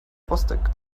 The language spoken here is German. rostock